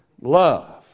Love